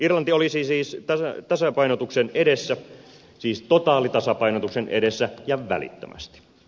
irlanti olisi siis tasapainotuksen edessä siis totaalitasapainotuksen edessä ja välittömästi